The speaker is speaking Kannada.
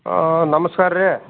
ಹಾಂ ನಮಸ್ಕಾರ ರೀ